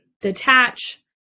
detach